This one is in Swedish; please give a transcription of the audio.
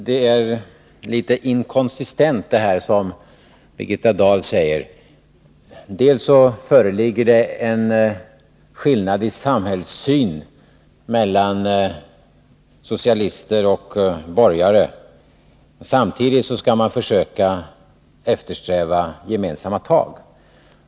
Herr talman! Det som Birgitta Dahl säger är litet inkonsekvent. Dels föreligger det en skillnad i samhällssyn mellan socialister och borgare, dels skall vi samtidigt försöka eftersträva gemensamma tag.